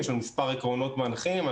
יש לנו מספר עקרונות מנחים.